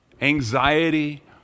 anxiety